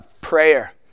prayer